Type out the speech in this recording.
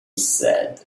said